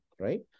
right